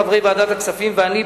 חברי ועדת הכספים ואני,